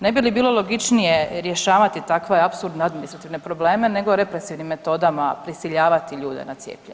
Nebi li bilo logičnije rješavati takve apsurdne administrativne probleme nego represivnim metodama prisiljavati ljude na cijepljenje?